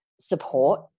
support